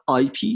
IP